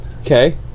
okay